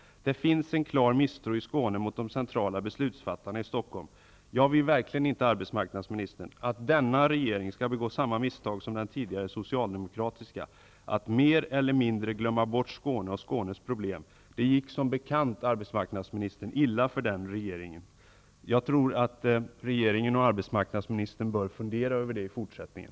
Det finns i Skåne en klar misstro mot de centrala beslutsfattarna i Stockholm. Jag vill verkligen inte, arbetsmarknadsministern, att denna regering skall begå samma misstag som den tidigare socialdemokratiska, att mer eller mindre glömma bort Skåne och Skånes problem. Det gick som bekant, arbetsmarknadsministern, illa för den regeringen. Jag tror att regeringen och arbetsmarknadsministern i fortsättningen bör fundera över det.